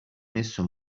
messo